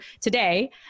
today